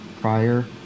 prior